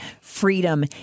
freedom